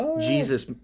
Jesus